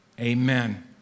amen